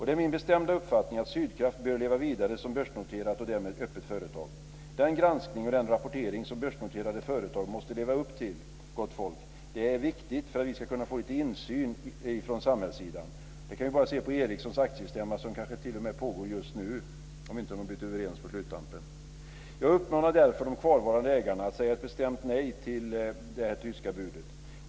Det är min bestämda uppfattning att Sydkraft bör leva vidare som börsnoterat, och därmed öppet, företag. Den granskning och den rapportering som börsnoterade företag måste leva upp till, gott folk, är viktig för att vi ska kunna få lite insyn från samhällets sida. Vi kan ju bara se på Ericssons aktiestämma, som kanske t.o.m. pågår just nu om de inte blivit överens på sluttampen. Jag uppmanar därför de kvarvarande ägarna att säga ett bestämt nej till det här tyska budet.